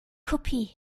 kopie